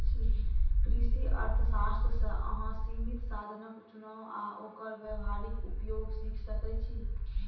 कृषि अर्थशास्त्र सं अहां सीमित साधनक चुनाव आ ओकर व्यावहारिक उपयोग सीख सकै छी